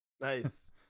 nice